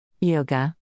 Yoga